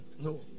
No